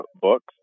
books